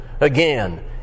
again